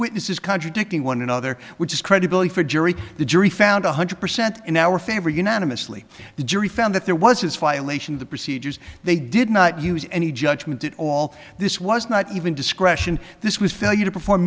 witnesses contradicting one another which is credibility for a jury the jury found one hundred percent in our favor unanimously the jury found that there was his file ation the procedures they did not use any judgement at all this was not even discretion this was failure to perform